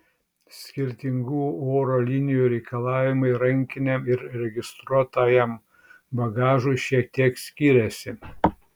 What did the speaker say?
skirtingų oro linijų reikalavimai rankiniam ir registruotajam bagažui šiek tiek skiriasi